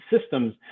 systems